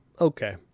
Okay